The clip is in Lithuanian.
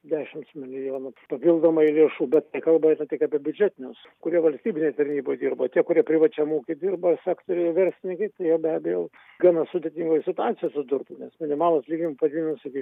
dešims milijonų papildomai lėšų bet kalba eina tik apie biudžetinius kurie valstybinėj taryboj dirbo tie kurie privačiam ūky dirbo sektoriuje verslininkai tai jie be abejo gana sudėtingoj situacijoj atsidurtų nes minimalų atlyginim padidinus iki